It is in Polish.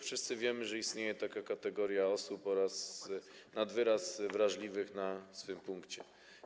Wszyscy wiemy, że istnieje kategoria osób nad wyraz wrażliwych na swym punkcie.